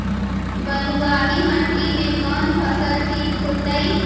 बलुआही मिट्टी में कौन फसल ठिक होतइ?